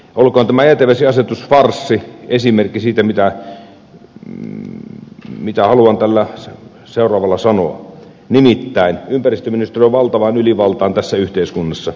olkoon tämä jätevesiasetusfarssi esimerkki siitä mitä haluan tällä seuraavalla sanoa nimittäin ympäristöministeriön valtavasta ylivallasta tässä yhteiskunnassa